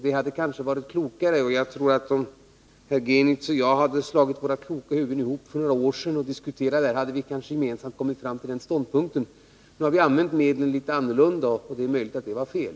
Det hade kanske varit klokare. Jag tror att om herr Genitz och jag hade slagit våra kloka huvuden ihop för några år sedan och diskuterat detta, hade vi kanske gemensamt kommit fram till en ståndpunkt. Nu har man använt medlen litet annorlunda, och det är möjligt att det var fel.